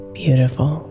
beautiful